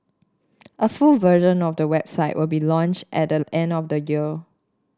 a full version of the website will be launch at the end of the year